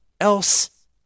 else